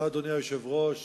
אדוני היושב-ראש,